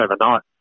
overnight